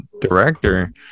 director